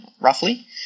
roughly